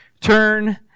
turn